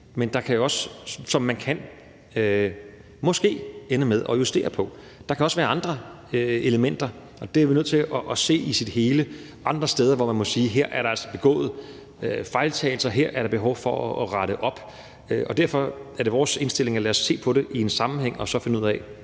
en del af komplekset her, som man måske kan ende med at justere på. Men der kan også være andre elementer, og vi er nødt til at se det i sin helhed. Der kan være andre steder, hvor man må sige, at her er der altså begået fejltagelser, og her er der behov for at rette op. Derfor er vores indstilling: Lad os se på det i en sammenhæng og så finde ud af,